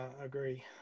agree